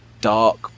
dark